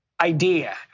idea